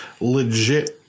legit